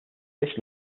this